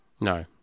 No